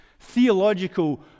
theological